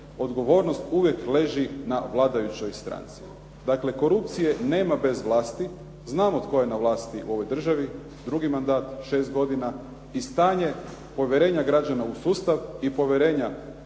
odgovornost uvijek leži na vladajućoj stranci. Dakle, korupcije nema bez vlasti. Znamo tko je na vlasti u ovoj državi, drugi mandat, 6 godina. I stanje povjerenja građana u sustav i povjerenja